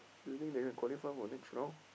do you think they can qualify for next round